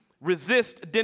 resist